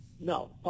No